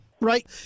right